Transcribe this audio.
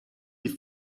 die